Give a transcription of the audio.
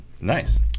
Nice